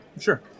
Sure